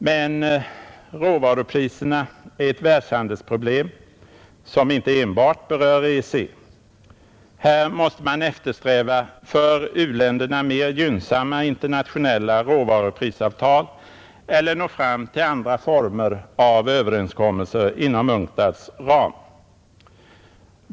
Men råvarupriserna är ett världshandelsproblem, som inte enbart berör EEC, Här måste man eftersträva för u-länderna mer gynnsamma internationella råvaruprisavtal eller nå fram till andra former av överenskommelser inom UNCTAD:s ram.